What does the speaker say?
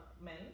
men